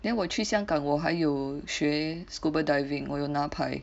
then 我去香港我还有学 scuba diving 我有拿牌